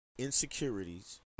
Insecurities